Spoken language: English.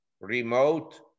remote